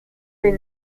des